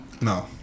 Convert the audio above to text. no